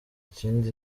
ikindi